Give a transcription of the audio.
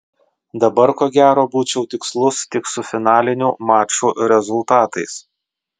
dabar ko gero būčiau tikslus tik su finalinių mačų rezultatais